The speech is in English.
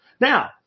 Now